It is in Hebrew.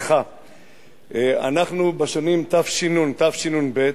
בשנים תש"ן תשנ"ב,